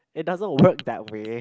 it doesn't work that way